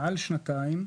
מעל שנתיים,